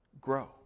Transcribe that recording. grow